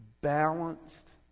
balanced